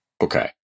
Okay